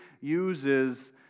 uses